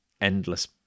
endless